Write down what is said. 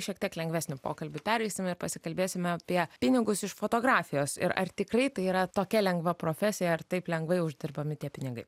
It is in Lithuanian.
šiek tiek lengvesnį pokalbį pereisim ir pasikalbėsime apie pinigus iš fotografijos ir ar tikrai tai yra tokia lengva profesija ar taip lengvai uždirbami tie pinigai